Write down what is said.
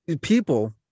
People